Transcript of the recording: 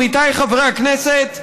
עמיתיי חברי הכנסת,